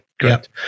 correct